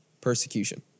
persecution